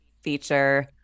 feature